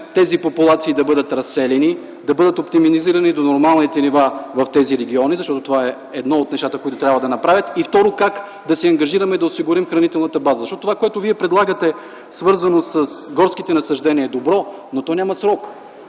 тези популации да бъдат разселени, да бъдат оптимизирани до нормалните им нива в тези региони? Защото това е едно от нещата, които трябва да се направят. И второ, как да се ангажираме да осигурим хранителната база? Защото това, което Вие предлагате, свързано с горските насаждения, е добро, но то няма срок.